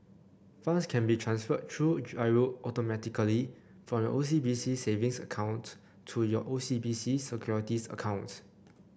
funds can be transferred through G I R O automatically from your O C B C Savings account to your O C B C Securities account